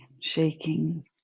shaking